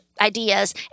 ideas